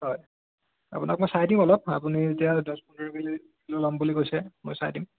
হয় আপোনাক মই চাই দিম অলপ আপুনি যেতিয়া দহ পোন্ধৰ কেজি ল'ম বুলি কৈছে মই চাই দিম